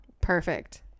Perfect